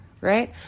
right